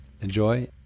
Enjoy